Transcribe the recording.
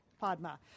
padma